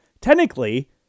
technically